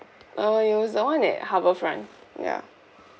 uh it was the one at harbourfront ya